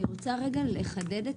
אני רוצה לחדד את